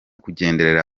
kugenderera